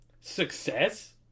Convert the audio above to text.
success